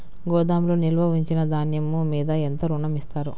గోదాములో నిల్వ ఉంచిన ధాన్యము మీద ఎంత ఋణం ఇస్తారు?